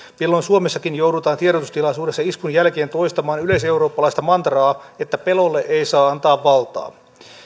milloin suomessakin joudutaan tiedotustilaisuudessa iskun jälkeen toistamaan yleiseurooppalaista mantraa että pelolle ei saa antaa valtaa